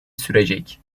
sürecek